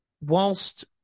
whilst